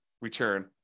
return